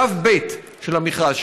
שלב ב' של המכרז,